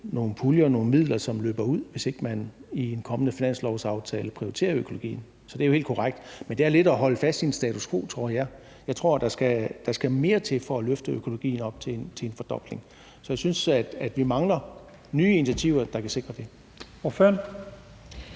nogle puljer og nogle midler, som løber ud, hvis ikke man i en kommende finanslovsaftale prioriterer økologien. Så det er jo helt korrekt. Men det er lidt at holde fast i en status quo, tror jeg. Jeg tror, at der skal mere til for at løfte økologien op til en fordobling. Så jeg synes, at vi mangler nye initiativer, der kan sikre det.